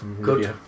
good